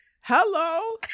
Hello